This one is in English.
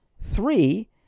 Three